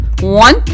one